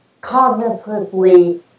cognitively